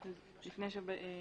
ו-(ב).